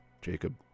Jacob